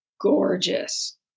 gorgeous